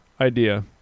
idea